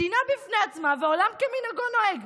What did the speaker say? מדינה בפני עצמה, ועולם כמנהגו נוהג.